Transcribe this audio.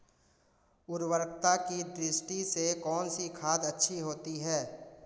उर्वरकता की दृष्टि से कौनसी खाद अच्छी होती है?